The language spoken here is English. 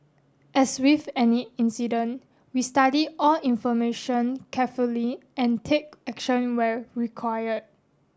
as with any incident we study all information carefully and take action where required